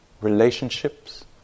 Relationships